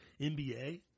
NBA